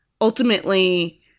ultimately